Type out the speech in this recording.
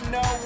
no